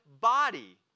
body